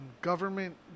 government